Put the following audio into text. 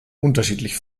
unterschiedlich